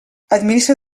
administra